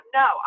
no